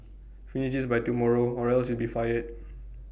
finish this by tomorrow or else you'll be fired